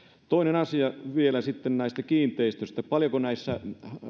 vielä sitten näistä kiinteistöistä paljonko